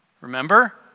remember